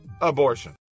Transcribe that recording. abortion